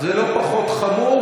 זה לא פחות חמור,